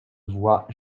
voix